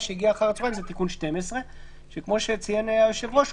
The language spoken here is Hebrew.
שהגיע אחר הצוהריים הוא תיקון 12. כמו שציין היושב ראש,